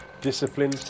discipline